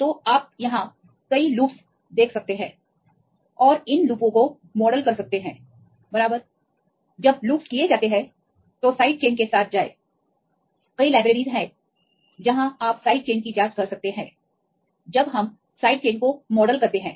तो आप यहां कई लूपस देख सकते हैं और इन लूपों को मॉडल कर सकते हैं बराबर जब लूप्स किए जाते हैं तो साइड चेन के साथ जाएं कई लाइब्रेरी हैं जहांआप साइड चेन की जांच कर सकते हैं और जब हम साइड चेन को मॉडल करते हैं